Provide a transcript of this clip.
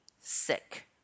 sick